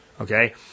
Okay